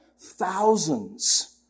thousands